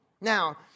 Now